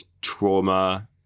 trauma